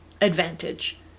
Advantage